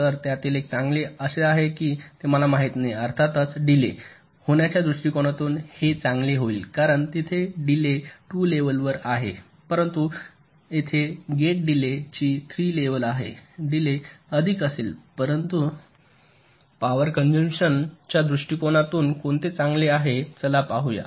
तर त्यातील एक चांगले आहे हे मला माहित नाही अर्थातच डिलेय होण्याच्या दृष्टीकोनातून हे चांगले होईल कारण तेथे गेट डिलेय 2 लेव्हल आहेत परंतु येथे गेट डिलेय ची 3 लेव्हल आहेत डिलेय अधिक असेल परंतु पॉवर कॅनसूमशनच्या दृष्टिकोनातून कोणते चांगले आहे चला पाहूया